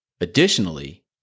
Additionally